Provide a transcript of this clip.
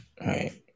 Right